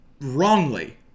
wrongly